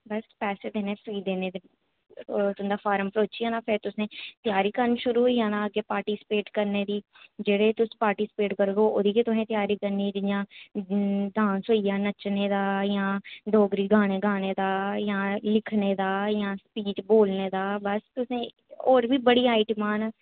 बस पैसे देने फीस देनी ते ओह् तुं'दा फार्म भरोची जाना फेर तुसें तेआरी करन शुरू होई जाना अग्गें पार्टिसिपेट करने दी जेह्ड़े ई तुस पार्टिसिपेट करगे ओह्दे गै तुसें तेआरी करनी जियां डांस होई गेआ नच्चने दा जां डोगरी गाने गाने दा जां लिखने दा जां स्पीच बोलने दा बस तुसें होर बी बड़ियां आइटमां न